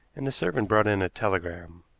and the servant brought in a telegram.